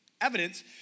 evidence